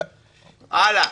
הלאה.